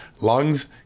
lungs